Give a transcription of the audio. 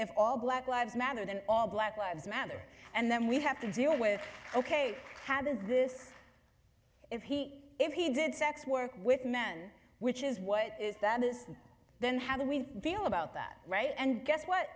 if all black lives matter then all black lives mother and then we have to deal with ok having this if he if he did sex work with men which is what is that is then how do we feel about that right and guess what